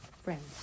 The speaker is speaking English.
friends